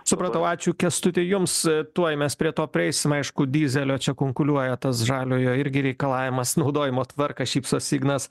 supratau ačiū kęstuti jums tuoj mes prie to prieisime aišku dyzelio čia kunkuliuoja tas žaliojo irgi reikalavimas naudojimo tvarka šypsosi ignas